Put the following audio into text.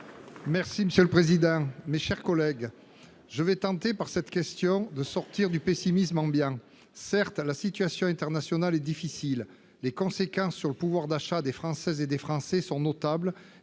Monsieur le président, mes chers collègues, je vais tenter par cette question de sortir du pessimisme ambiant ... Certes, la situation internationale est difficile, et les conséquences sur le pouvoir d'achat des Françaises et des Français sont notables.